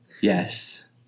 Yes